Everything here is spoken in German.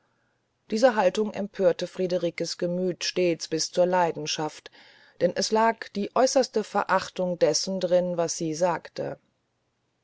diese haltung empörte friederikes gemüt stets bis zur leidenschaft denn es lag die äußerste verachtung dessen drin was sie sagte